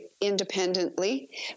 independently